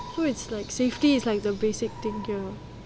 so it's like safety is like the basic thing you know